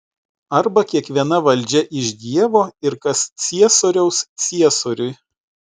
arba kiekviena valdžia iš dievo ir kas ciesoriaus ciesoriui